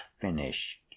finished